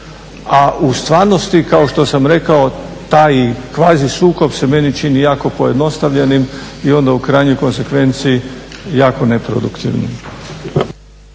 a u stvarnosti kao što sam rekao taj kvazi sukob se meni čini jako pojednostavljenim i onda u krajnjoj konsekvenci jako neproduktivno.